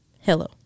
Hello